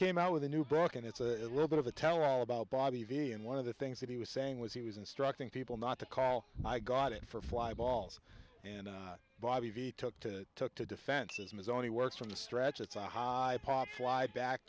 came out with a new book and it's a little bit of a tell all about bobby v and one of the things that he was saying was he was instructing people not to call my god in for fly balls and i babied he took to took to defenses ms only works from the stretch it's a high pop fly back